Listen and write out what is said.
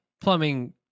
plumbing